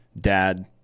dad